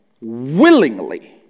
willingly